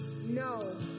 No